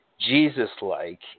Jesus-like